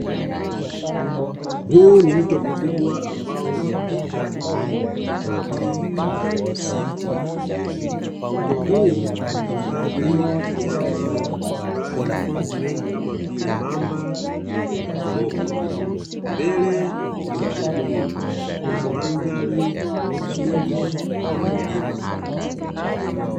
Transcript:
Huu ni mto mkubwa ambao umepita katikati ya msitu, mto huu huhifadhi wanyama mbalimbali kama vile mamba na kiboko mbele ya mto huu kunamandhari nzuri ya milima.